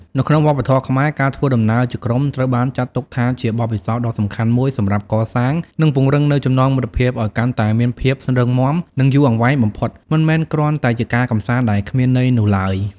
នៅក្នុងវប្បធម៌ខ្មែរ ការធ្វើដំណើរជាក្រុមត្រូវបានចាត់ទុកថាជាបទពិសោធន៍ដ៏សំខាន់មួយសម្រាប់កសាង និងពង្រឹងនូវចំណងមិត្តភាពឲ្យកាន់តែមានភាពរឹងមាំនិងយូរអង្វែងបំផុត មិនមែនគ្រាន់តែជាការកម្សាន្តដែលគ្មានន័យនោះឡើយ។